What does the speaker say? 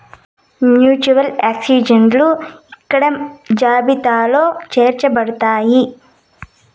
future ఎక్స్చేంజిలు ఇక్కడ జాబితాలో చేర్చబడుతున్నాయి